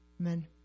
Amen